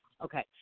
Okay